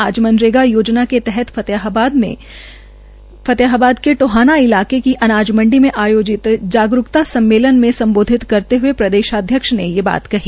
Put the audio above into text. आज मनरेगा योजना के तहत फतेहाबाद इलाके की अनाज मंडी मे आयोजित जागरूकता सम्मेलन में स्मबोधित करते हये प्रदेशाध्यक्ष ने ये बात कही